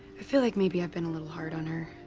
i feel like maybe i've been a little hard on her.